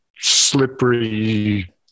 slippery